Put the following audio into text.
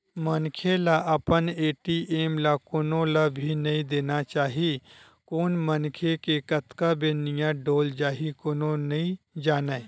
मनखे ल अपन ए.टी.एम ल कोनो ल भी नइ देना चाही कोन मनखे के कतका बेर नियत डोल जाही कोनो नइ जानय